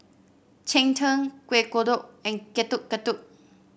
Cheng Tng Kuih Kodok and Getuk Getuk